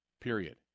Period